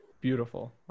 Beautiful